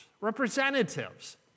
representatives